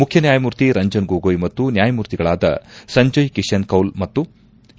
ಮುಖ್ಯ ನ್ಲಾಯಮೂರ್ತಿ ರಂಜನ್ ಗೊಗೋಯ್ ಮತ್ತು ನ್ಲಾಯಮೂರ್ತಿಗಳಾದ ಸಂಜಯ್ ಕಿಶನ್ ಕೌಲ್ ಮತ್ತು ಕೆ